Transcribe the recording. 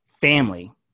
Family